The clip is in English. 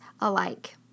alike